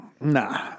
Nah